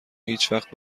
هیچوقت